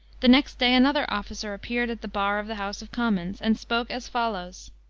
the next day another officer appeared at the bar of the house of commons, and spoke as follows.